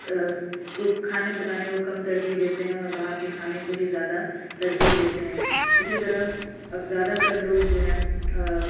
کو کھانے پکانے کو کم ترجیح دیتے ہیں اور باہر کے کھانے کو ہی زیادہ ترجیح دیتے ہیں اسی طرح اب زیادہ تر لوگ جو ہے